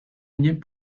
énième